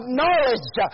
knowledge